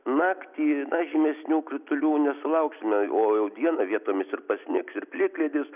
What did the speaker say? naktį žymesnių kritulių nesulauksime o jau dieną vietomis ir pasnigs ir plikledis